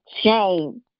shame